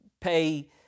pay